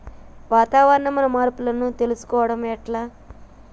వాతావరణంలో మార్పులను తెలుసుకోవడం ఎట్ల?